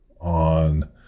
on